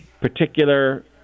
particular